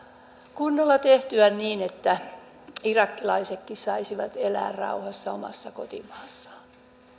kunnolla tehtyä niin että irakilaisetkin saisivat elää rauhassa omassa kotimaassaan